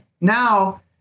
now